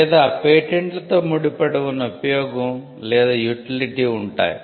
లేదా పేటెంట్లతో ముడిపడి ఉన్న ఉపయోగం లేదా యుటిలిటీ ఉంటాయి